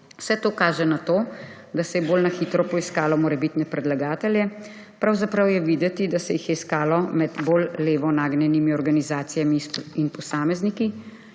Vse to kaže na to, da so se bolj na hitro poiskali morebitni predlagatelji. Pravzaprav je videti, da se jih je iskalo med bolj levo nagnjenimi organizacijami in posamezniki,